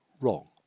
wrong